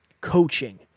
coaching